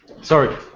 Sorry